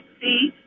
see